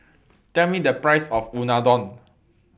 Tell Me The Price of Unadon